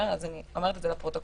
אני אומרת את זה לפרוטוקול.